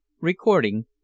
Recording